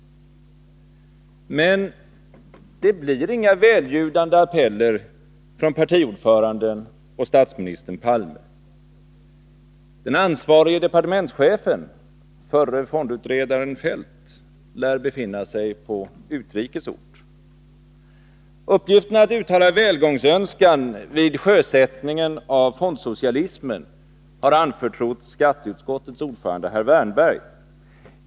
Men det blir inga välljudande appeller från partiordföranden och statsministern Palme. Den ansvarige departementschefen, förre fondutredaren Feldt, lär befinna sig på utrikes ort. Uppgiften att uttala välgångsönskan vid sjösättningen av fondsocialismen har anförtrotts skatteutskottets ordförande, herr Wärnberg.